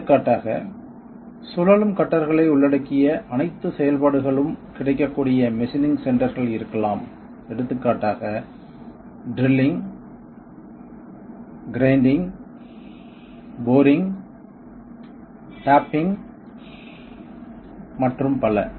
எடுத்துக்காட்டாக சுழலும் கட்டர்களை உள்ளடக்கிய அனைத்து செயல்பாடுகளும் கிடைக்கக்கூடிய மெஷினிங் சென்டர்கள் இருக்கலாம் எடுத்துக்காட்டாக ட்ரில்லிங் கிரைண்டிங் போரிங் டேப்பிங் மற்றும் பல